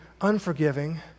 unforgiving